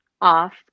off